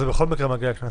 זה בכל מקרה מגיע לכנסת,